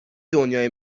دنیای